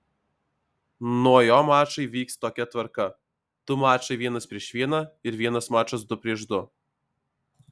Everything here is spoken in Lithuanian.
nuo jo mačai vyks tokia tvarka du mačai vienas prieš vieną ir vienas mačas du prieš du